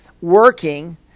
working